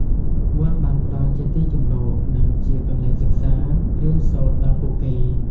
វត្តបានផ្ដល់ជាទីជម្រក និងជាកន្លែងសិក្សារៀនសូត្រដល់ពួកគេ។